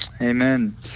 Amen